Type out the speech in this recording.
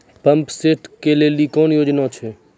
Pump set केलेली कोनो योजना छ?